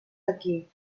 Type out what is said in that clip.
aquí